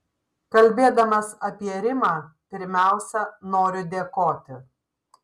kalbėdamas apie rimą pirmiausia noriu dėkoti